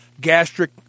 gastric